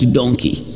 donkey